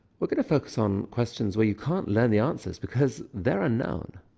we're going to focus on questions where you can't learn the answers because they're unknown.